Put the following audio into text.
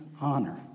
honor